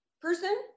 person